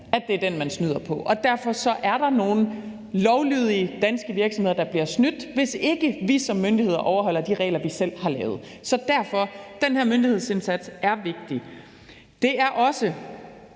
fristende at snyde der. Derfor er der nogle lovlydige danske virksomheder, der bliver snydt, hvis ikke vi som myndigheder overholder de regler, vi selv har lavet. Så derfor er den her myndighedsindsats vigtig. Det er også